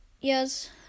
Yes